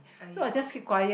!aiyo!